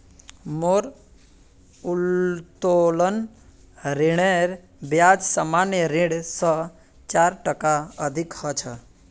मोर उत्तोलन ऋनेर ब्याज सामान्य ऋण स चार टका अधिक छ